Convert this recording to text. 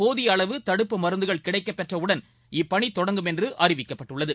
போதிய அளவு தடுப்பு மருந்துகள் கிடைக்கப் பெற்றவுடன் இப்பணி தொடங்கும் என்று அறிவிக்கப்பட்டுள்ளது